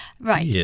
Right